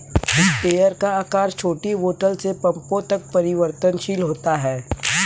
sprayer का आकार छोटी बोतल से पंपों तक परिवर्तनशील होता है